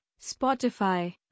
Spotify